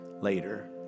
Later